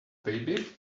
baby